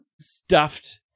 stuffed